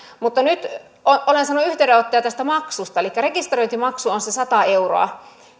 mutta nyt olen saanut yhteydenottoja tästä maksusta elikkä rekisteröintimaksu on se sata euroa